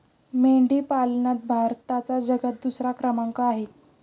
मेंढी पालनात भारताचा जगात दुसरा क्रमांक आहे